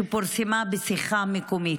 שפורסמה בשיחה מקומית.